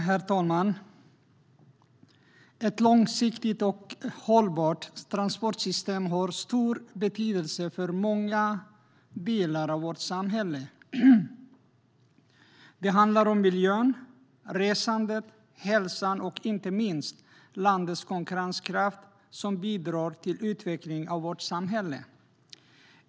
Herr talman! Ett långsiktigt och hållbart transportsystem har stor betydelse för många delar av vårt samhälle. Det handlar om miljön, resandet, hälsan och inte minst landets konkurrenskraft som bidrar till utveckling av vårt samhälle.